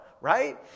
right